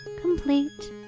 complete